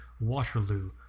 Waterloo